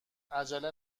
عجله